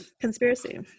Conspiracy